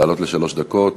לעלות לשלוש דקות.